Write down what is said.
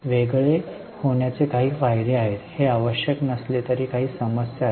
वेगळे होण्याचे काही फायदे आहेत हे आवश्यक नसले तरी ही काही समस्या आहेत